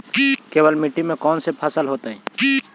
केवल मिट्टी में कौन से फसल होतै?